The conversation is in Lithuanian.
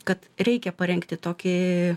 kad reikia parengti tokį